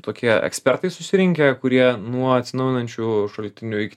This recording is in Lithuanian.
tokie ekspertai susirinkę kurie nuo atsinaujinančių šaltinių iki